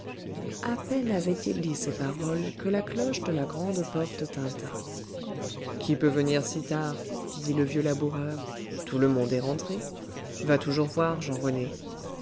à peine avait-il dit ces paroles que la cloche de la grande porte tinta qui peut venir si tard dit le vieux laboureur tout le monde est rentré va toujours voir